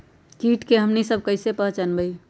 किट के हमनी सब कईसे पहचान बई?